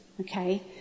okay